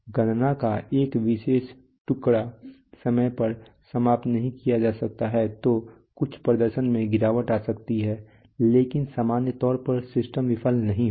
गणना का एक विशेष टुकड़ा समय पर समाप्त नहीं किया जा सकता है तो कुछ प्रदर्शन में गिरावट आ सकती है लेकिन सामान्य तौर पर सिस्टम विफल नहीं होगा